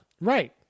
right